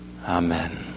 Amen